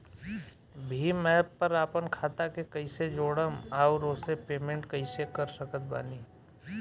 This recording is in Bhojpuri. भीम एप पर आपन खाता के कईसे जोड़म आउर ओसे पेमेंट कईसे कर सकत बानी?